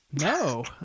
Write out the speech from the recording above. No